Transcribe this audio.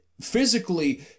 physically